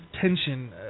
tension